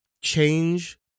change